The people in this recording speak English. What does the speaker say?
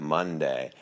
Monday